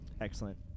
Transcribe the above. Excellent